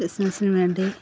ബിസ്നെസ്സിന് വേണ്ടി